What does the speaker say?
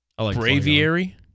Braviary